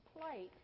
plate